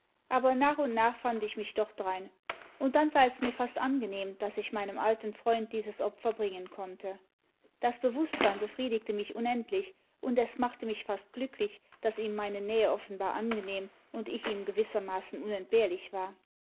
aber nach und nach fand ich mich doch drein und dann war es mir fast angenehm daß ich xnemem alten freund dieses opfer bringen konnte das bewußtsein befriedigte mich unendlich und es machte mich fast glücklich daß ihm meine nähe offenbar angenehm imd ich ulm gewissermaßen imentbehrlich war